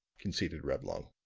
conceded reblong.